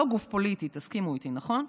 לא גוף פוליטי, תסכימו איתי, נכון?